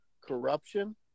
corruption